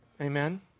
amen